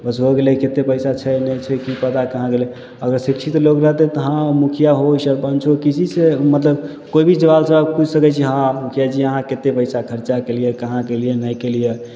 बस हो गेलै कतेक पइसा छै नहि छै कि पता कहाँ गेलै अगर शिक्षित लोक रहतै तऽ हँ मुखिआ हो सरपञ्च हो किसीसे मतलब कोइ भी जवाब सवाब पूछि सकै छी अहाँ मुखिआजी अहाँ कतेक पइसा खरचा केलिए कहाँ केलिए नहि केलिए